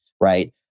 right